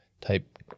type